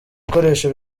bikoresho